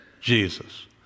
Jesus